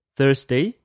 Thursday